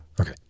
Okay